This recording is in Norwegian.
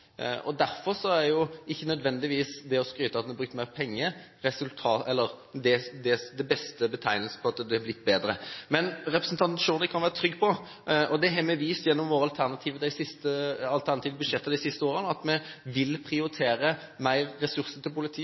og en dårligere politidekning nå. Derfor er jo ikke nødvendigvis det å skryte av at en har brukt mer penger det beste beviset på at det har blitt bedre. Men representanten Chaudhry kan være trygg på – det har vi vist gjennom våre alternativer budsjetter de siste årene – at vi vil prioritere mer ressurser til politiet.